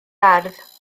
ardd